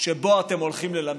שבו אתם הולכים ללמד,